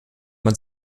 man